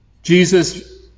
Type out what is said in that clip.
Jesus